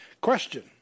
Question